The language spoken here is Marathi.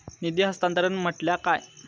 निधी हस्तांतरण म्हटल्या काय?